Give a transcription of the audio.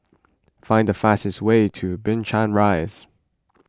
find the fastest way to Binchang Rise